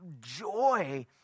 joy